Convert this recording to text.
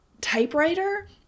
typewriter